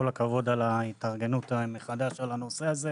כל הכבוד על ההתארגנות מחדש על הנושא הזה.